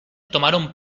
tomaron